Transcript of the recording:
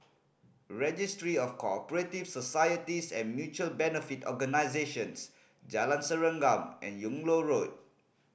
Registry of Co Operative Societies and Mutual Benefit Organisations Jalan Serengam and Yung Loh Road